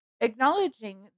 Acknowledging